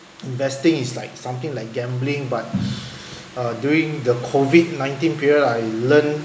investing is like something like gambling but uh during the COVID nineteen period I learnt